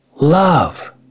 love